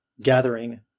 gathering